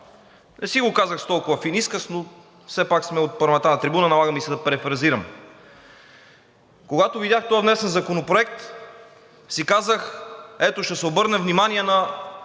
Не си го казах с толкова фин изказ, но все пак съм на парламентарната трибуна, налага ми се да перифразирам. Когато видях този внесен законопроект, си казах: „Ето, ще се обърне внимание на